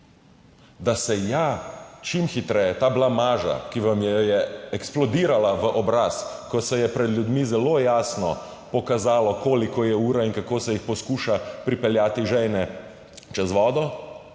da se ja čim hitreje. Ta blamaža, ki vam jo je eksplodirala v obraz, ko se je pred ljudmi zelo jasno pokazalo, koliko je ura in kako se jih poskuša pripeljati žejne čez vodo.